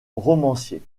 romancier